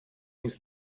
his